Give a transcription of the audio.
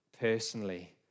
personally